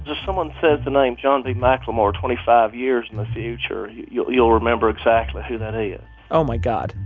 ah someone says the name john b. mclemore twenty five years in the future, you'll you'll remember exactly who that is ah oh my god,